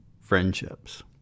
friendships